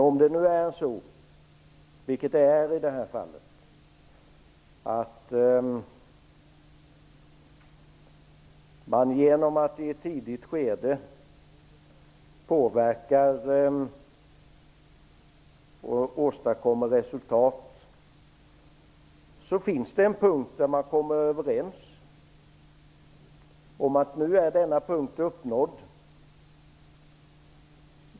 Om man i ett tidigt skede påverkar och åstadkommer resultat, vilket har skett i detta fall, kommer man till en punkt då man är överens om att målet är uppnått.